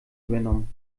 übernommen